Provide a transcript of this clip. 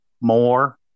more